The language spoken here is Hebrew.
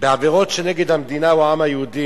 בעבירות שהן נגד המדינה או העם היהודי,